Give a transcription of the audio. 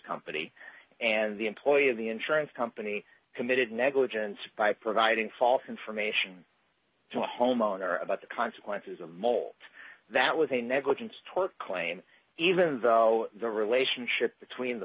company and the employee of the insurance company committed negligence by providing false information to a homeowner about the consequences a mole that with a negligence tort claim even though the relationship between the